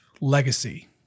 legacy